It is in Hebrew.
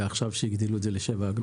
מאז שהגדילו לשבע הגרלות?